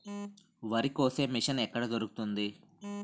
వరి కోసే మిషన్ ఎక్కడ దొరుకుతుంది?